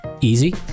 Easy